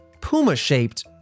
puma-shaped